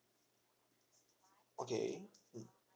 okay mm